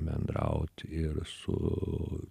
bendraut ir su